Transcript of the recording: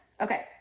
Okay